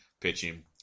pitching